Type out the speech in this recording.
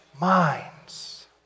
minds